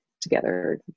together